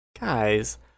Guys